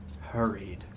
hurried